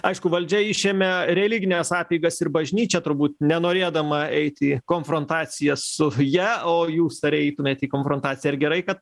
aišku valdžia išėmė religines apeigas ir bažnyčią turbūt nenorėdama eiti į konfrontaciją su ja o jūs ar eitumėt į konfrontaciją ar gerai kad